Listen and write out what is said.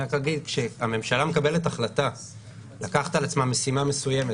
אני רק אגיד שכשהממשלה מקבלת החלטה לקחת על עצמה משימה מסוימת